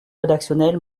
rédactionnel